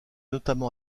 notamment